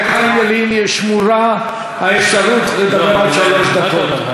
לחיים ילין שמורה האפשרות לדבר שלוש דקות.